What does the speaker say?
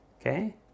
Okay